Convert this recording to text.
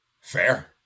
Fair